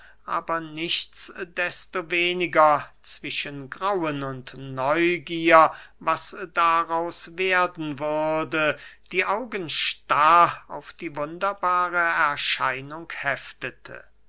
aber nichts desto weniger zwischen grauen und neugier was daraus werden würde die augen starr auf die wunderbare erscheinung heftete